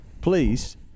please